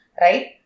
right